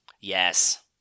Yes